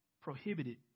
prohibited